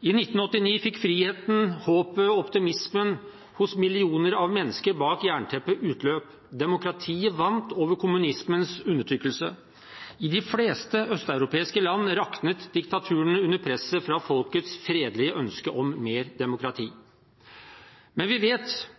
I 1989 fikk friheten, håpet og optimismen hos millioner av mennesker bak jernteppet utløp. Demokratiet vant over kommunismens undertrykkelse. I de fleste øst-europeiske land raknet diktaturene under presset fra folkets fredelige ønske om mer demokrati. Men vi vet